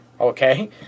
okay